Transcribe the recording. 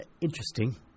interesting